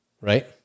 right